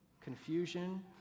confusion